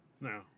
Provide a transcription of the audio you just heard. no